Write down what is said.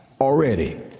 already